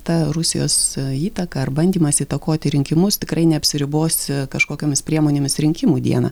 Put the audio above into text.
ta rusijos įtaka ar bandymas įtakoti rinkimus tikrai neapsiribos kažkokiomis priemonėmis rinkimų dieną